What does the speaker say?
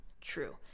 true